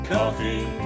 Coffee